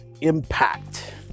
impact